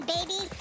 Baby